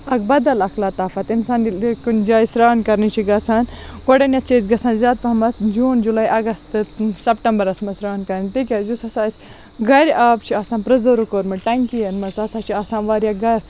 اکھ بَدَل اکھ لَطافَت کُنہِ جایہِ سران کَرنہِ چھِ گَژھان گۄڈنیٚتھ چھِ أسۍ گَژھان زیاد پَہَمَتھ جوٗن جُلے اَگَستہٕ سپٹَمبَرَس مَنٛز سران کَرنہِ تکیاز یُس ہَسا اَسہِ گَرِ آب چھُ آسان پرِزرٕو کوٚرمُت ٹینٛکِیَن مَنٛز سُہ ہَسا چھُ آسان واریاہ گا